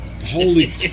Holy